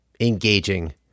engaging